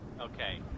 Okay